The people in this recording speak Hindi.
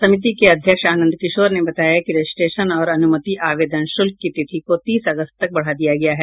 समिति के अध्यक्ष आनंद किशोर ने बताया कि रजिस्ट्रेशन और अनुमति आवेदन शुल्क की तिथि को तीस अगस्त तक बढ़ा दिया गया है